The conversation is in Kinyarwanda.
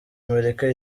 amerika